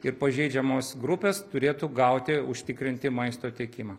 ir pažeidžiamos grupės turėtų gauti užtikrinti maisto tiekimą